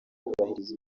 kubahiriza